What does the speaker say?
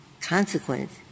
consequence